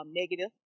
negative